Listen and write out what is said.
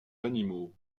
animaux